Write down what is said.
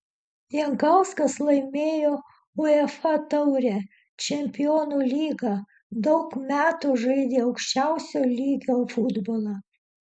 jankauskas laimėjo uefa taurę čempionų lygą daug metų žaidė aukščiausio lygio futbolą